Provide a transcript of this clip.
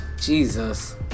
jesus